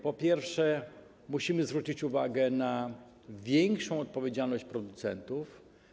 Po pierwsze, musimy zwrócić uwagę na większą odpowiedzialność producentów.